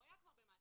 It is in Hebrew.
הוא היה כבר במעצר,